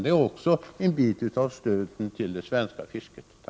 Detta är också en del av stödet till det svenska fisket.